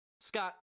Scott